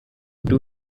two